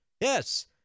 Yes